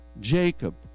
Jacob